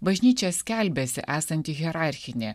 bažnyčia skelbėsi esanti hierarchinė